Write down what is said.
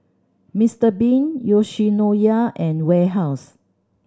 Mister Bean Yoshinoya and Warehouse